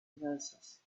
verses